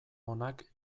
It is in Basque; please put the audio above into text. onak